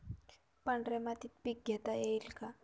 पांढऱ्या मातीत पीक घेता येईल का?